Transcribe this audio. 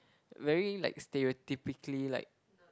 very like stereotypically like